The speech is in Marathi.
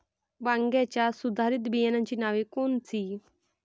वांग्याच्या सुधारित बियाणांची नावे कोनची?